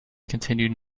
continued